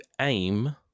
aim